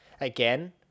again